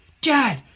Dad